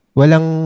walang